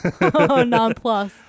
non-plus